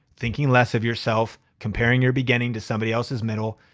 thinking less of yourself, comparing your beginning to somebody else's middle,